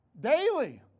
Daily